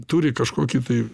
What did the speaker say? turi kažkokį tai